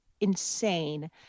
insane